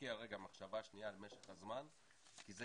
להשקיע רגע מחשבה שנייה לגבי משך הזמן כי זה קריטי.